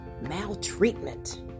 maltreatment